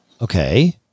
Okay